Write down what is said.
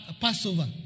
Passover